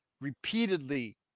repeatedly